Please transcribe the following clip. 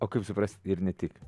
o kaip suprast ir ne tik